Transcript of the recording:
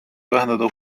vähendada